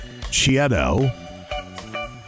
Chieto